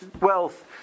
wealth